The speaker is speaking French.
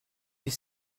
huit